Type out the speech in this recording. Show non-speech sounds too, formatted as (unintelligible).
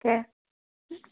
(unintelligible)